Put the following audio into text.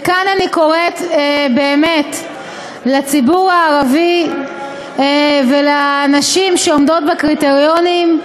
וכאן אני קוראת לציבור הערבי ולנשים שעומדות בקריטריונים: